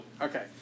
Okay